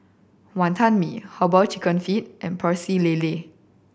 Wantan Mee Herbal Chicken Feet and Pecel Lele